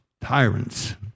tyrants